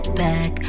back